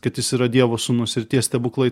kad jis yra dievo sūnus ir tie stebuklai